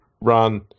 Run